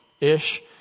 ish